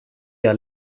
jag